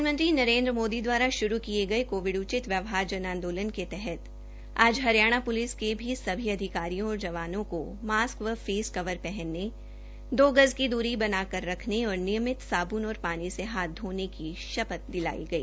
प्रधानमंत्री नरेन्द्र मोदी द्वारा शुरू किए गये कोविड उचित व्यवहहार जन आंदोलन के आज हरियाणा प्लिस के भी सभी अधिकारियों और जवानों को मास्क व फेस कवर पहनने दो गज की दूरी बनाकर रखने और नियमित साब्ल और पानी से हाथ धोने की शपथ दिलाई गई